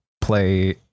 play